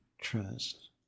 trust